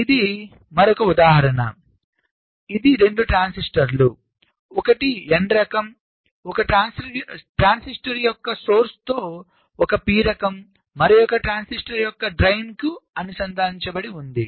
ఇది మరొక ఉదాహరణ ఇది 2 ట్రాన్సిస్టర్లు ఒక nరకం ఒక ట్రాన్సిస్టర్ యొక్క మూలంతో ఒక p రకం మరొక ట్రాన్సిస్టర్ యొక్క డ్రైయిన్కు అనుసంధానించబడి ఉంది